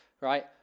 right